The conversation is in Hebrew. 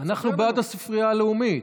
אנחנו בעד הספרייה הלאומית.